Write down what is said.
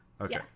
okay